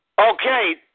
Okay